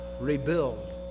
rebuild